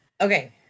Okay